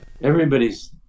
Everybody's